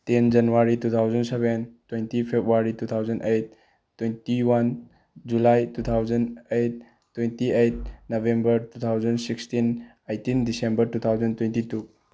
ten January two thousand seven twenty February two thousand eight twenty one July two thousand eight twenty eight November two thousand sixteen eighteen December two thousand twenty two